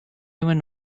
even